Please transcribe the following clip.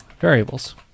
variables